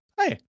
hey